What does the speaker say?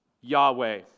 Yahweh